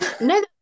No